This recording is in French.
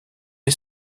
est